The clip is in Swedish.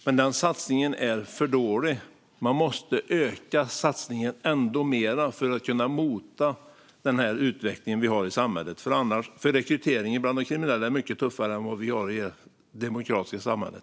Men denna satsning är för dålig; man måste öka satsningen ännu mer för att kunna mota den utveckling vi har i samhället. Rekryteringen bland de kriminella är mycket tuffare än det vi har att ge i det demokratiska samhället.